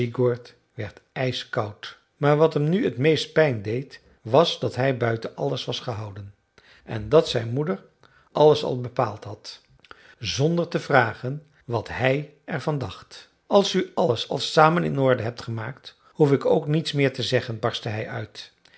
werd ijskoud maar wat hem nu t meest pijn deed was dat hij buiten alles was gehouden en dat zijn moeder alles al bepaald had zonder te vragen wat hij er van dacht als u alles al samen in orde hebt gemaakt hoef ik ook niets meer te zeggen barstte hij uit